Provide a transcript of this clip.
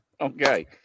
Okay